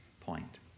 point